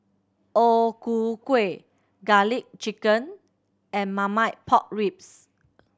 O Ku Kueh Garlic Chicken and Marmite Pork Ribs